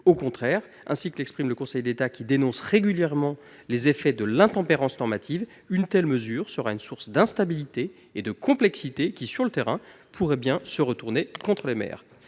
Au contraire, ainsi que l'exprime le Conseil d'État, qui dénonce régulièrement les effets de l'intempérance normative, ce serait source d'instabilité et de complexité, et, sur le terrain, cela pourrait bien de se retourner contre les maires.